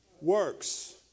works